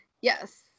Yes